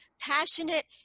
passionate